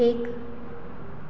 एक